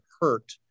hurt